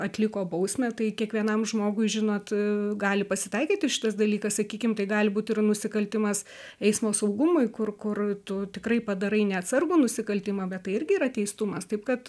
atliko bausmę tai kiekvienam žmogui žinot gali pasitaikyti šitas dalykas sakykim tai gali būt ir nusikaltimas eismo saugumui kur kur tu tikrai padarai neatsargų nusikaltimą bet tai irgi yra teistumas taip kad